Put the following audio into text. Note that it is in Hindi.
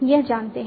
यह जानते हैं